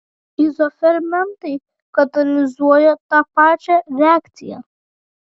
izofermentai katalizuoja tą pačią reakciją